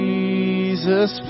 Jesus